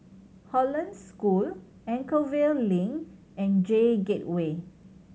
Hollandse School Anchorvale Link and J Gateway